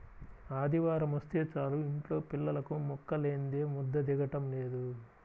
ఆదివారమొస్తే చాలు యింట్లో పిల్లలకు ముక్కలేందే ముద్ద దిగటం లేదు